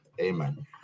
Amen